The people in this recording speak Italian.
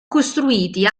costruiti